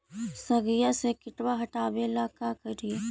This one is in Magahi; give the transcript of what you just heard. सगिया से किटवा हाटाबेला का कारिये?